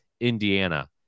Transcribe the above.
Indiana